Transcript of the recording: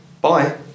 Bye